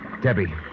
Debbie